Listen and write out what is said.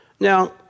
Now